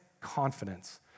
confidence